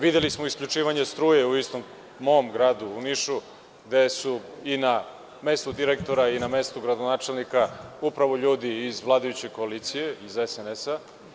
Videli smo isključivanje struje u mom gradu Nišu, gde su i na mestu direktora i na mestu gradonačelnika upravo ljudi iz vladajuće koalicije, iz SNS.